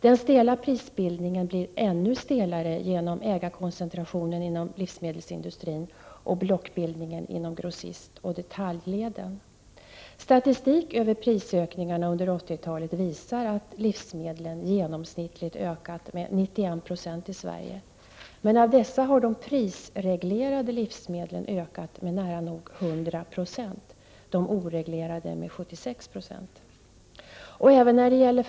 Den stela prisbildningen blir ännu stelare genom ägarkoncentrationen inom livsmedelsindustrin och blockbildningen i grossistoch detaljleden. Statistik över prisökningarna under 80-talet visar att livsmedelspriserna genomsnittligt ökat med 91 6 i Sverige, men av dessa har de prisreglerade Även när det gäller frågan om livsmedelskvalitet blir effekten densamma.